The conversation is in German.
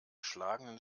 schlagenden